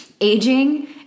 aging